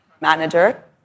manager